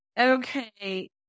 okay